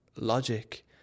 logic